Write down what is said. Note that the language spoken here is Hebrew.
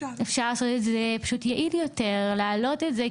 אפשר לעשות את זה פשוט יעיל יותר, להעלות את זה.